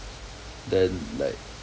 then like